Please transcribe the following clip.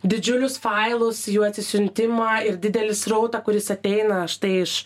didžiulius failus jų atsisiuntimą ir didelį srautą kuris ateina štai iš